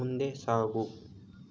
ಮುಂದೆ ಸಾಗು